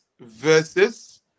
versus